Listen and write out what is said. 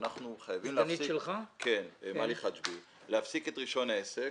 שאנחנו חייבים להפסיק את רישיון העסק,